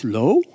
low